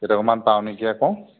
কেইটকামান পাওঁ নেকি আকৌ